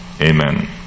Amen